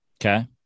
Okay